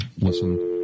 listen